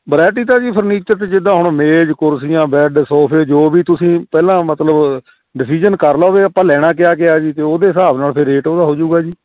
variety ਤਾਂ ਜੀ furniture 'ਚ ਜਿੱਦਾਂ ਹੁਣ ਮੇਜ਼ ਕੁਰਸੀਆਂ ਬੈੱਡ ਸੋਫ਼ੇ ਜੋ ਵੀ ਤੁਸੀਂ ਪਹਿਲਾਂ ਮਤਲਬ ਡਿਸੀਜ਼ਨ ਕਰ ਲਉ ਵੀ ਆਪਾਂ ਲੈਣਾ ਕਿਆ ਕਿਆ ਜੀ ਅਤੇ ਉਹਦੇ ਹਿਸਾਬ ਨਾਲ਼ ਫਿਰ ਰੇਟ ਉਹਦਾ ਹੋਜੂਗਾ ਜੀ